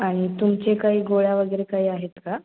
आणि तुमचे काही गोळ्या वगैरे काही आहेत का